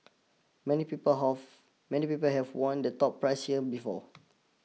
many people have many people have won the top prize here before